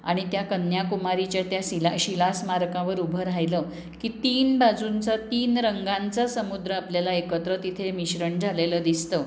आणि त्या कन्याकुमारीच्या त्या शिला शिलास्मारकावर उभं राहिलं की तीन बाजूंचा तीन रंगांचा समुद्र आपल्याला एकत्र तिथे मिश्रण झालेलं दिसतं